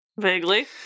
Vaguely